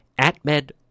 AtMed